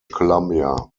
columbia